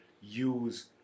use